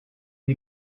une